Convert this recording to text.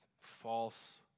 false